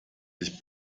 sich